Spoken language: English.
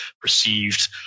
perceived